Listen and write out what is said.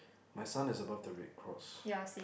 my sun is above the red cross